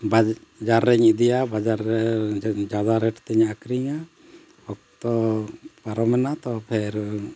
ᱵᱟᱡᱟᱨ ᱨᱤᱧ ᱤᱫᱤᱭᱟ ᱵᱟᱡᱟᱨ ᱨᱮ ᱡᱟᱫᱟ ᱨᱮᱹᱴ ᱛᱤᱧ ᱟᱹᱠᱷᱨᱤᱧᱟ ᱚᱠᱛᱚ ᱯᱟᱨᱚᱢ ᱮᱱᱟ ᱛᱚ ᱯᱷᱮᱨ